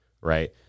right